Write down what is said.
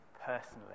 personally